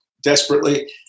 desperately